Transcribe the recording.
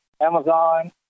Amazon